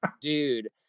dude